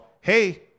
hey